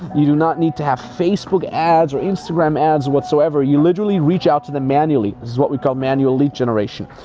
you do not need to have facebook ads or instagram ads whatsoever, you literally reach out to them manually. this is what we call manual lead generation.